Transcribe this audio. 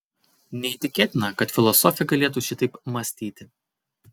neįtikėtina kad filosofė galėtų šitaip mąstyti